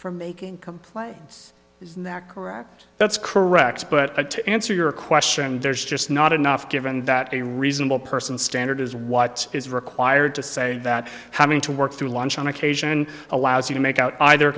for making complaints isn't that correct that's correct but to answer your question there's just not enough given that a reasonable person standard is what is required to say that having to work through lunch on occasion allows you to make out either